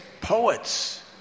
poets